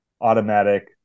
automatic